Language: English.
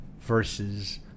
versus